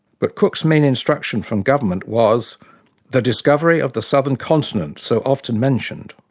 but cook's main instruction from government was the discovery of the southern continent so often mentioned,